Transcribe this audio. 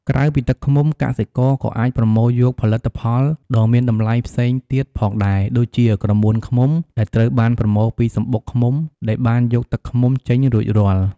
ក្រៅពីទឹកឃ្មុំ កសិករក៏អាចប្រមូលយកផលិតផលដ៏មានតម្លៃផ្សេងទៀតផងដែរ ដូចជាក្រមួនឃ្មុំ ដែលត្រូវបានប្រមូលពីសំបុកឃ្មុំដែលបានយកទឹកឃ្មុំចេញរួចរាល់។